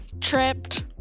tripped